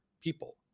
people